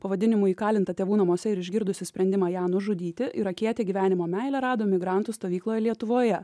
pavadinimu įkalinta tėvų namuose ir išgirdusi sprendimą ją nužudyti irakietė gyvenimo meilę rado migrantų stovykloj lietuvoje